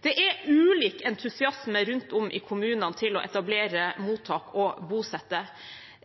Det er ulik entusiasme rundt om i kommunene for å etablere mottak og bosette.